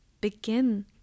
Begin